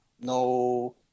no